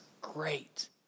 great